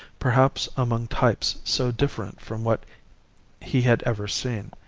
perhaps among types so different from what he had ever seen,